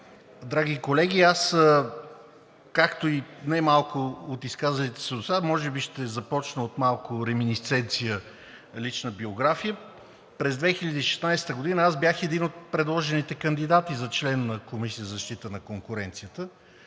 Драги колеги, аз, както и немалко от изказалите се досега, може би ще започна от малко реминисценция – лична биография. През 2016 г. бях един от предложените кандидати за член на Комисията за защита на конкуренцията,